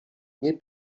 nie